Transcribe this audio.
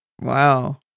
Wow